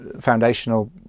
foundational